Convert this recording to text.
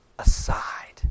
aside